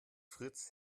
fritz